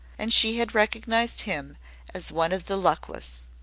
and she had recognized him as one of the luckless.